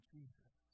Jesus